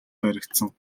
баригдсан